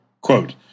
Quote